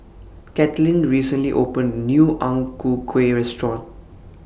Kathlene recently opened A New Ang Ku Kueh Restaurant